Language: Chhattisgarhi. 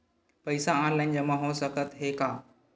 पईसा ऑनलाइन जमा हो साकत हे का?